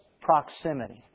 proximity